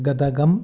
गदगम्